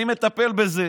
אני מטפל בזה.